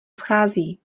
schází